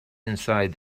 inside